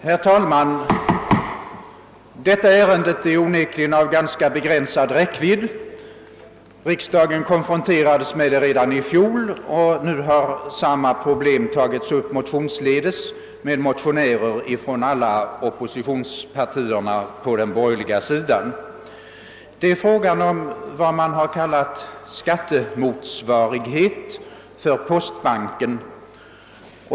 Herr talman! Förevarande ärende är onekligen av ganska begränsad räckvidd. Riksdagen konfronterades med det redan i fjol, och nu har samma fråga tagits upp motionsvägen av motionärer från alla oppositionspartierna på den borgerliga sidan. Det gäller här frågan om vad man har kallat för skattemotsvarigheten för postbanken.